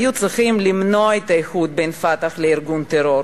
היו צריכים למנוע את האיחוד בין "פתח" לארגון הטרור,